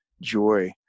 joy